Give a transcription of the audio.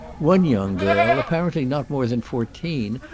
one young girl, apparently not more than fourteen,